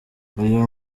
uyu